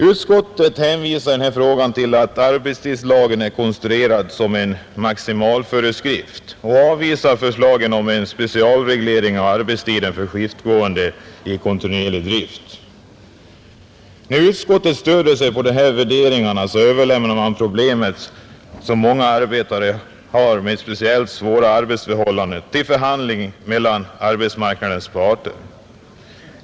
Utskottet hänvisar i denna fråga till att arbetstidslagen är konstruerad som en maximalföreskrift och avvisar förslagen om en specialreglering av arbetstiden för skiftgående i kontinuerlig drift. När utskottet stöder sig på dessa värderingar överlämnar man emellertid de problem som många arbetare med speciellt svåra arbetsförhållanden har till förhandlingar mellan arbetsmarknadens parter.